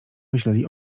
myśleli